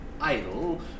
idle